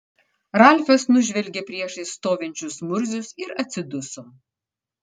ralfas nužvelgė priešais stovinčius murzius ir atsiduso